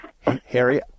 Harry